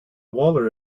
waller